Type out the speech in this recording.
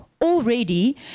already